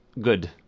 good